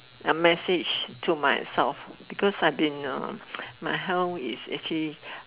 a message to myself because I have been my health is actually